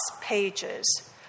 pages